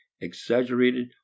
exaggerated